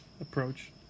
approach